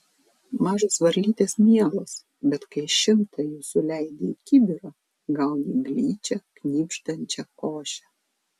mažos varlytės mielos bet kai šimtą jų suleidi į kibirą gauni gličią knibždančią košę